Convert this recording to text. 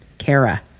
Kara